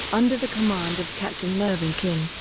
under the command of captain mervin king,